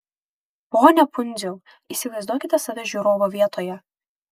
pone pundziau įsivaizduokite save žiūrovo vietoje